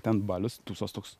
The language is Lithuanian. ten balius tūsas toks